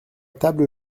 table